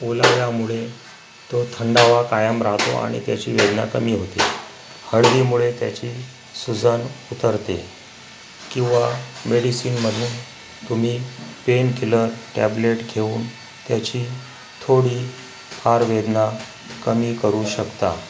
ओलाव्यामुळे तो थंडावा कायम राहतो आणि त्याची वेदना कमी होते हळदीमुळे त्याची सूजन उतरते किंवा मेडिसीनमधून तुम्ही पेनकिलर टॅब्लेट घेऊन त्याची थोडीफार वेदना कमी करू शकता